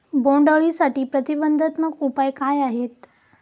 बोंडअळीसाठी प्रतिबंधात्मक उपाय काय आहेत?